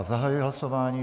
Zahajuji hlasování.